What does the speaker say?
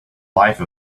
life